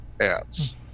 ads